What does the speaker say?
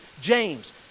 James